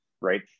right